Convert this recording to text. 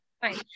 Fine